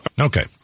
Okay